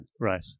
Right